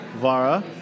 Vara